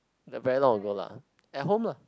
very long ago lah at home lah